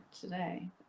Today